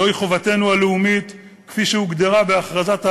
זוהי חובתנו הלאומית כפי שהוגדרה בהכרזת העצמאות.